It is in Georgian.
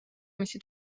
მისი